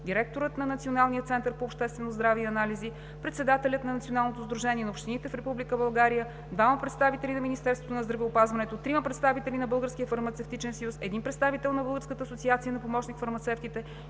директорът на Националния център по обществено здраве и анализи, председателят на Националното сдружение на общините в Република България, двама представители на Министерството на здравеопазването, трима представители на Българския фармацевтичен съюз, един представител на Българската асоциация на помощник-фармацевтите